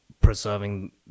preserving